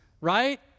Right